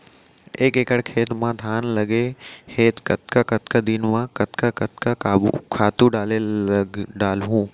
एक एकड़ खेत म धान लगे हे कतका कतका दिन म कतका कतका खातू डालहुँ?